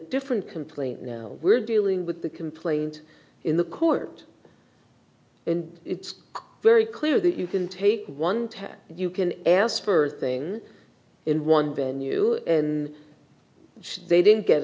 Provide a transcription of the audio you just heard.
different complaint now we're dealing with the complaint in the court and it's very clear that you can take one test you can ask for things in one venue in which they didn't get